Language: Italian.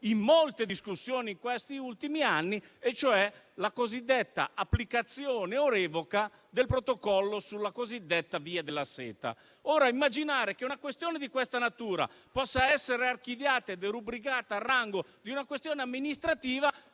in molte discussioni in questi ultimi anni, cioè la cosiddetta applicazione o revoca del protocollo sulla cosiddetta Via della Seta. Immaginare che una questione di questa natura possa essere archiviata e derubricata al rango di una questione amministrativa